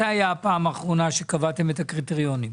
מתי הייתה הפעם האחרונה שקבעתם את הקריטריונים?